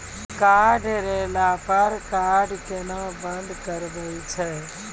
Card हेरैला पर card केना बंद करबै छै?